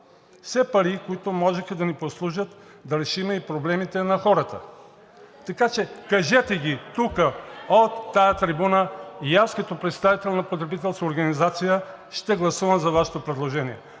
Все пари, които можеха да ни послужат да решим и проблемите на хората. Кажете ги тук, от тази трибуна, и аз като представител на потребителска организация ще гласувам за Вашето предложение,